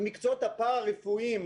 במקצועות הפרה-רפואיים,